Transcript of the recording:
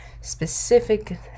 specific